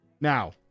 Now